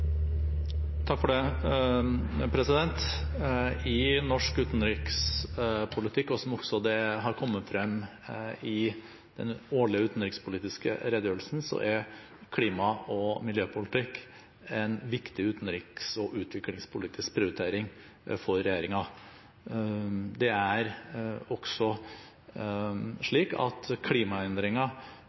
I norsk utenrikspolitikk er, slik det også har kommet frem i den årlige utenrikspolitiske redegjørelsen, klima- og miljøpolitikk en viktig utenriks- og utviklingspolitisk prioritering for regjeringen. Det er også slik at klimaendringer